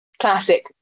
Classic